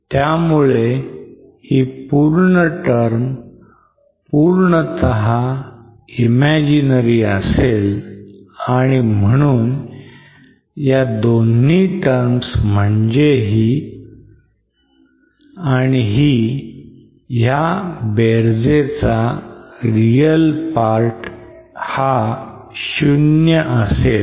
त्यामुळे ही पूर्ण term पूर्णतः imaginary असेल आणि म्हणून ह्या दोन terms म्हणजे ही आणि ही च्या बेरजेचा real part हा शून्य असेल